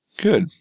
Good